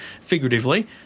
figuratively